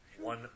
One